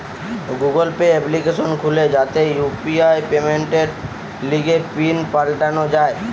Google Pay application খুলে যাতে UPI পেমেন্টের লিগে পিন পাল্টানো যায়